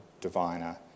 diviner